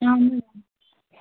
اہن حظ